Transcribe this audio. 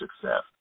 success